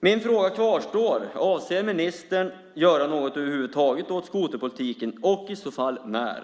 Min fråga kvarstår: Avser ministern att över huvud taget göra något åt skoterpolitiken och i så fall när?